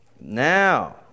now